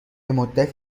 مدت